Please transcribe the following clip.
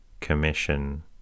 Commission